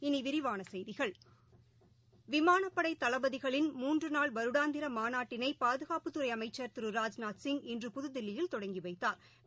இனிவிரிவானசெய்திகள் விமானப்படதளபதிகளின் மூன்றநாள் வருடாந்திரமாநாட்டினைபாதுகாப்புத்துறைஅமைச்சர் திரு ராஜ்நாத்சிங் இன்று புதுதில்லியில் தொடங்கிவைத்தாா்